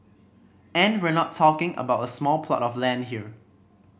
and we're not talking about a small plot of land here